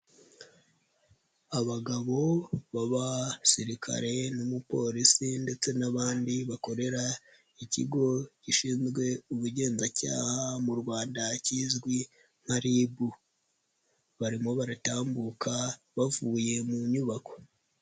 Abagabo b'abasirikare n'umupolisi ndetse n'abandi bakorera Ikigo gishinzwe Ubugenzacyaha mu Rwanda kizwi nka RIB, barimo baratambuka bavuye mu nyubako.